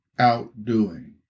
outdoing